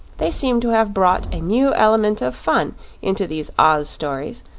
they seem to have brought a new element of fun into these oz stories,